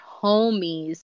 homies